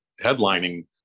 headlining